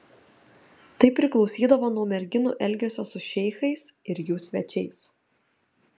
tai priklausydavo nuo merginų elgesio su šeichais ir jų svečiais